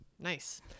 nice